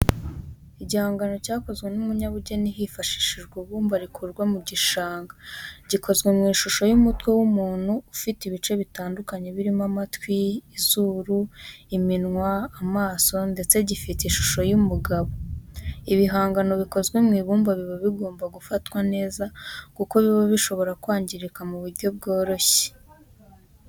Igihangano cyakozwe n'umunyabugeni hifashishijwe ibumba rikurwa mu gishanga, gikozwe mu ishusho y'umutwe w'umuntu ufite ibice bitandukanye birimo amatwi, izuru, iminwa, amaso ndetse gifite ishusho y'umugabo, ibihangano bikozwe mu ibumba biba bigomba gufatwa neza kuko biba bishobora kwangirika mu buryo bworoshye.